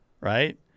right